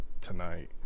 tonight